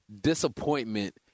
disappointment